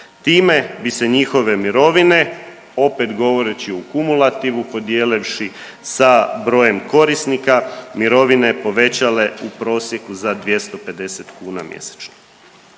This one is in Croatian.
Time bi se njihove mirovine opet govoreći u kumulativu podijelivši sa brojem korisnika mirovine povećale u prosjeku za 250 kuna mjesečno.